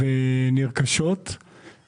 וכמה זה מ-600